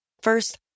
First